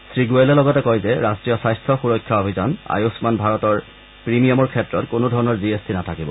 শ্ৰীগোৱেলে লগতে কয় যে ৰাষ্ট্ৰীয় স্বাস্থ্য সূৰক্ষা অভিযান আয়ুস্মান ভাৰতৰ প্ৰিমিয়ামৰ ক্ষেত্ৰত কোনোধৰণৰ জি এছ টি নাথাকিব